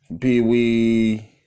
Pee-wee